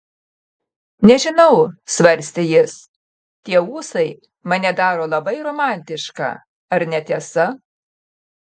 nežinau svarstė jis tie ūsai mane daro labai romantišką ar ne tiesa